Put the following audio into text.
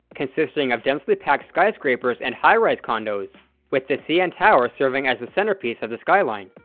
consisting of densely packed skyscrapers and high-rise condos with the cn tower serving as the centerpiece of the skyline.